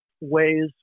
ways